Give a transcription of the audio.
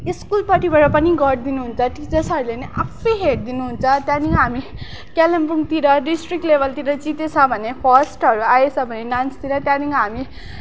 स्कुलपट्टिबाट पनि गरिदिनुहुन्छ टिचर्सहरूले नै आफै हेरिदिनुहुन्छ त्यहाँदेखि हामी कलिम्पोङतिर डिस्ट्रिक्ट लेबलतिर जितेछ भने फर्स्टहरू आएछ भने डान्सतिर त्यहाँदेखि हामी